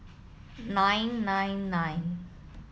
nine nine nine